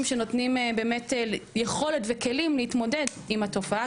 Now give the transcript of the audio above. שנותנים באמת יכולת וכלים להתמודד עם התופעה,